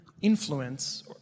influence